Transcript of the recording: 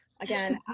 Again